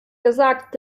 gesagt